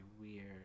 weird